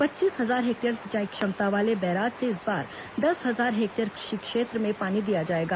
पच्चीस हजार हेक्टेयर सिंचाई क्षमता वाले बैराज से इस बार दस हजार हेक्टेयर कृषि क्षेत्र में पानी दिया जाएगा